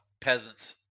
peasants